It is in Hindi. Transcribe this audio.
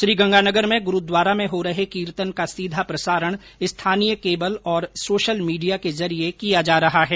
श्रीगंगानगर में गुरूद्वारा में हो रहे कीर्तन का सीधा प्रसारण स्थानीय केबल और सोशल मीडिया के जरिये किया जा रहा है